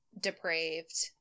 depraved